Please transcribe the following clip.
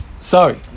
sorry